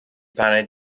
paned